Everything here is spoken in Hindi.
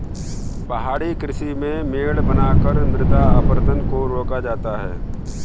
पहाड़ी कृषि में मेड़ बनाकर मृदा अपरदन को रोका जाता है